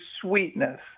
sweetness